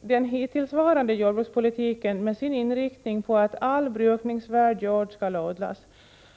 Den hittillsvarande jordbrukspolitiken med sin inriktning på att all brukningsvärd jord skall odlas